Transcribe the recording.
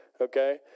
okay